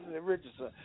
Richardson